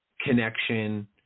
connection